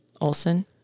olson